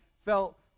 felt